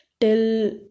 till